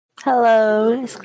Hello